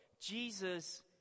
Jesus